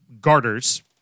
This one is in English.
garters